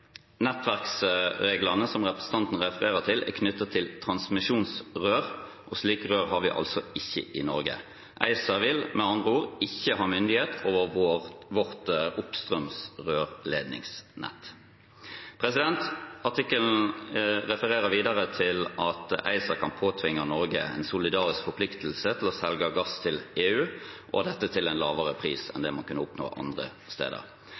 Nettverksreglene som representanten refererer til, er knyttet til transmisjonsrør, og slike rør har vi altså ikke i Norge. ACER vil med andre ord ikke ha myndighet over vårt oppstrøms rørledningsnett. Artikkelen refererer videre til at ACER kan påtvinge Norge en solidarisk forpliktelse til å selge gass til EU, og dette til en lavere pris enn det man kunne oppnå andre steder.